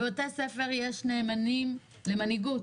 בבתי ספר יש נאמנים למנהיגות